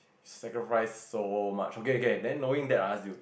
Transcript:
sacrifice so much okay okay then knowing that I ask you